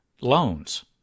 loans